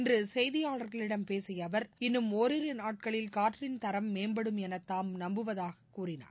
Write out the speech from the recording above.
இன்று செய்தியாளா்களிடம் பேசிய அவா் இன்னும் ஒரிரு நாட்களில் காற்றின் தரம் மேம்படும் என தாம் நம்புவதாக கூறினார்